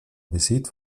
übersät